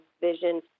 vision